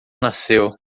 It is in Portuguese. nasceu